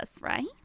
right